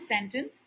sentence